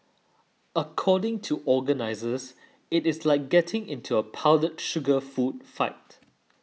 according to organisers it is like getting into a powdered sugar food fight